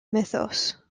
mythos